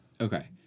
Okay